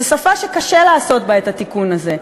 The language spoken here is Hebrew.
זו שפה שקשה לעשות בה את התיקון הזה.